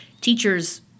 teachers